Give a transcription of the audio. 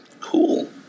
Cool